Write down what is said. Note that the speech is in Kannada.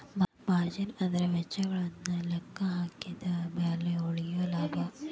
ಮಾರ್ಜಿನ್ ಅಂದ್ರ ವೆಚ್ಚಗಳನ್ನ ಲೆಕ್ಕಹಾಕಿದ ಮ್ಯಾಲೆ ಉಳಿಯೊ ಲಾಭ